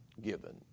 given